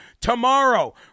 Tomorrow